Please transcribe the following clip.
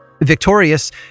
Victorious